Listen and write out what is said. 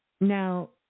Now